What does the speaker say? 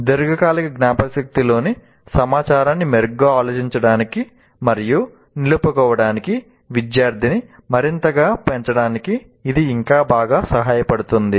దీర్ఘకాలిక జ్ఞాపకశక్తిలోని సమాచారాన్ని మెరుగ్గా ఆలోచించడానికి మరియు నిలుపుకోవటానికి విద్యార్థిని మరింతగా పెంచడానికి ఇది ఇంకా బాగా సహాయపడుతుంది